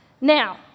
Now